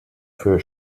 für